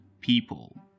people